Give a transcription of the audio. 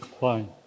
fine